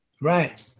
Right